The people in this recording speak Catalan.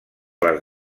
les